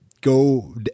go